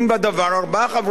ארבעה חברי כנסת?